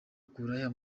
ukura